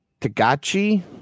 Tagachi